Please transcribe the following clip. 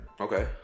Okay